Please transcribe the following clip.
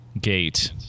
Gate